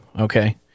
okay